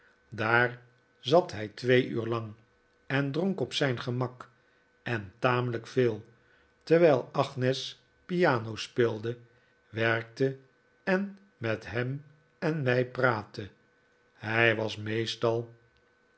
daar zat hij twee uur lang en dronk op zijn gemak en tamelijk veel terwijl agnes piano speelde werkte en met hem en mij praatte hij was meestal